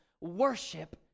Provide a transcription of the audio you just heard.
Worship